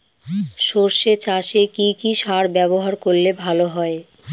সর্ষে চাসে কি কি সার ব্যবহার করলে ভালো হয়?